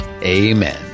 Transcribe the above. Amen